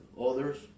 others